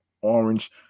orange